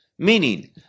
Meaning